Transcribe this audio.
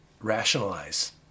rationalize